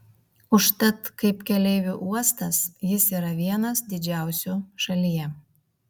užtat kaip keleivių uostas jis yra vienas didžiausių šalyje